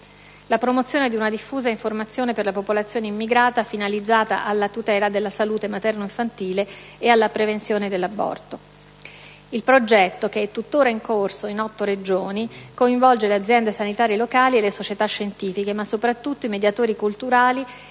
la promozione di una diffusa informazione per la popolazione immigrata finalizzata alla tutela della salute materno-infantile e alla prevenzione dell'aborto. Il progetto, tutt'ora in corso in otto Regioni, coinvolge le aziende sanitarie locali e le società scientifiche ma soprattutto i mediatori culturali